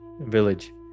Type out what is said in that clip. village